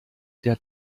der